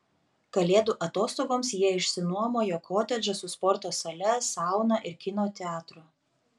kalėdų atostogoms jie išsinuomojo kotedžą su sporto sale sauna ir kino teatru